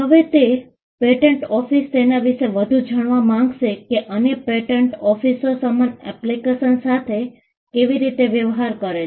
હવે તે patent office એના વિશે વધુ જાણવા માંગશે કે અન્ય પેટન્ટ ઓફિસો સમાન એપ્લિકેશન સાથે કેવી રીતે વ્યવહાર કરે છે